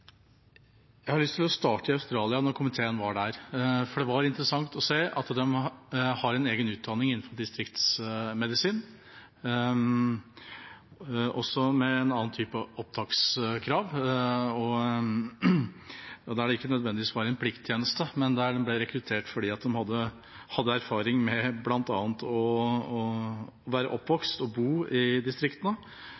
Jeg har lyst til å starte i Australia, da komiteen har vært der. Det var interessant å se at de har en egen utdanning innenfor distriktsmedisin, med en annen type opptakskrav. Det var ikke nødvendigvis plikttjeneste, men de ble rekruttert fordi de hadde den erfaringen at de var oppvokst og hadde bodd i distriktene,